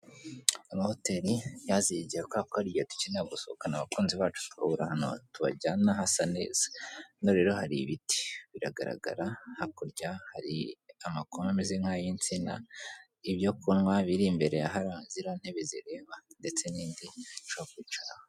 Amahoteri yaziye igihe kubera ko hari igihe dukeneye gusohokana abakunzi bacu tukabura ahantu tubajyana hasa neza. Hano rero hari ibiti, biragaragara hakurya hari amakoma ameze nk'ay'insina, ibyo kunywa biri imbere hariya ziriya ntebe zireba ndetse n'indi ushobora kwicarabo.